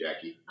Jackie